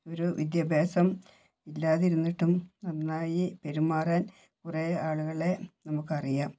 ഒരു വിദ്യാഭ്യാസം ഇല്ലാതിരുന്നിട്ടും നന്നായി പെരുമാറാൻ കുറെ ആളുകളെ നമുക്കറിയാം